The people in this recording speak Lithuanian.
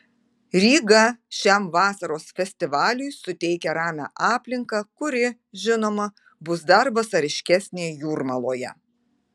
ryga šiam vasaros festivaliui suteikia ramią aplinką kuri žinoma bus dar vasariškesnė jūrmaloje